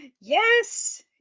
yes